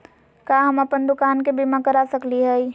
का हम अप्पन दुकान के बीमा करा सकली हई?